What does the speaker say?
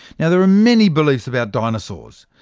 yeah there are many beliefs about dinosaurs,